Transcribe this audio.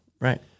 right